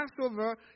Passover